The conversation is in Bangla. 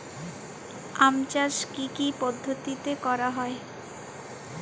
আম চাষ কি কি পদ্ধতিতে করা হয়?